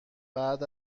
بعد